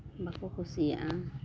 ᱵᱟᱠᱚ ᱠᱩᱥᱤᱭᱟᱜᱼᱟ